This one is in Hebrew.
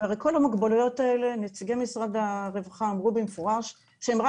הרי נציגי משרד הרווחה אמרו במפורש שכל